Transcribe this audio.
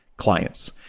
clients